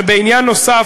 בעניין נוסף,